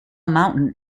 mountain